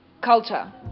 culture